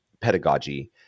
pedagogy